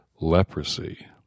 leprosy